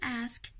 ask